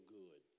good